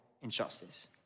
injustice